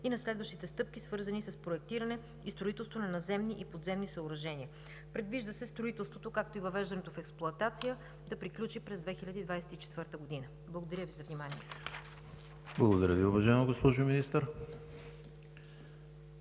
и на следващите стъпки, свързани с проектиране и строителство на наземни и подземни съоръжения. Предвижда се строителството, както и въвеждането в експлоатация, да приключи през 2024 г. Благодаря Ви за вниманието. ПРЕДСЕДАТЕЛ ЕМИЛ ХРИСТОВ: